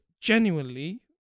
genuinely